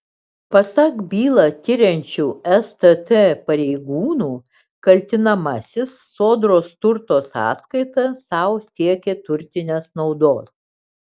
pasak bylą tiriančių stt pareigūnų kaltinamasis sodros turto sąskaita sau siekė turtinės naudos